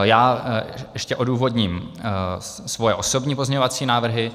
Já ještě odůvodním svoje osobní pozměňovací návrhy.